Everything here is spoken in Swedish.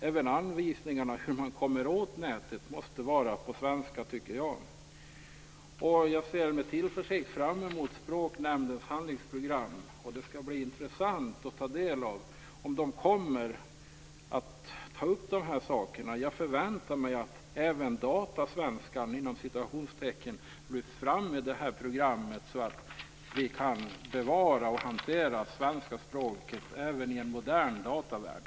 Även anvisningarna för hur man kommer åt nätet måste vara på svenska, tycker jag. Jag ser med tillförsikt fram emot Språknämndens handlingsprogram. Det skall bli intressant att se om de kommer att ta upp de här sakerna. Jag förväntar mig att även "datasvenskan" lyfts fram i programmet, så att vi kan bevara och hantera svenska språket även i en modern datavärld.